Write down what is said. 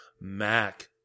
Mac